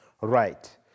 right